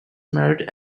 married